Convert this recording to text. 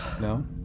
No